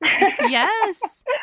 Yes